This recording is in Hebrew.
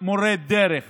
מורה דרך